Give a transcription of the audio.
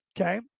okay